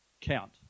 count